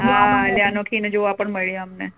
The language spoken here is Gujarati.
હા એટલે અનોખીને જોવા પણ મળી અમને